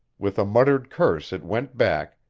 with a muttered curse it went back,